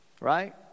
Right